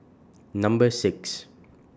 Number six